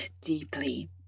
deeply